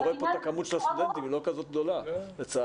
אני רואה שכמות הסטודנטים היא לא כזו גדולה לצערי.